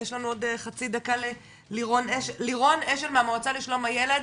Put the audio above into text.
יש לנו עוד חצי דקה לירון אשל מהמועצה לשלום הילד,